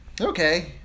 Okay